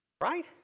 Right